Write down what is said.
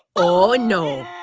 oh, and no.